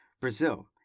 Brazil